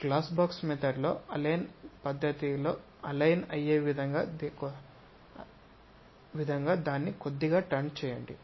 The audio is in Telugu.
గ్లాస్ బాక్స్ పద్ధతిలో అలైన్ అయ్యే విధంగా దాన్ని కొద్దిగా టర్న్ చేయండి